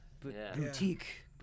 Boutique